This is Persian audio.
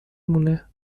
مونه